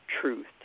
truth